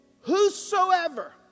whosoever